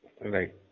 Right